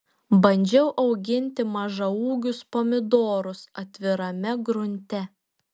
bandžiau auginti mažaūgius pomidorus atvirame grunte